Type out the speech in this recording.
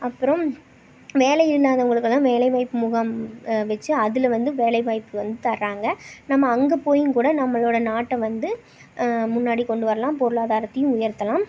அப்புறம் வேலை இல்லாதவங்களுக்கெல்லாம் வேலைவாய்ப்பு முகாம் வச்சு அதுல வந்து வேலைவாய்ப்பு வந்து தர்றாங்க நம்ம அங்கேப் போயிங்கூட நம்மளோட நாட்டைவந்து முன்னாடி கொண்டு வரலாம் பொருளாதாரத்தையும் உயர்த்தலாம்